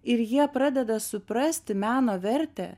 ir jie pradeda suprasti meno vertę